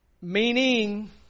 Meaning